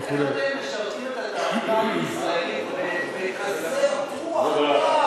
והאם המדיניות שנקבעה הייתה חכמה?